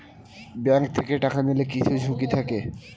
bank থেকে টাকা নিলে কিছু ঝুঁকি থাকে